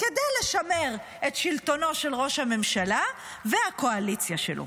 כדי לשמר את שלטונו של ראש הממשלה והקואליציה שלו.